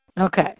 Okay